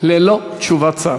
ללא תשובת שר.